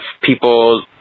people